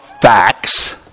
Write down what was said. facts